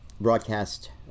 broadcast